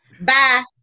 Bye